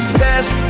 best